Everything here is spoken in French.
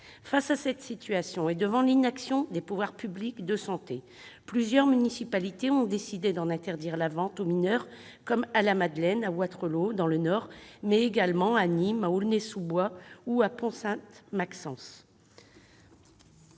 Face à une telle situation, et devant l'inaction des pouvoirs publics de santé, plusieurs municipalités ont décidé d'en interdire la vente aux mineurs, comme à la Madeleine et à Wattrelos dans le Nord, mais également à Nîmes, à Aulnay-sous-Bois ou à Pont-Sainte-Maxence.